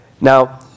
Now